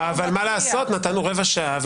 נתנו רבע שעה.